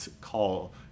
call